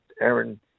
Aaron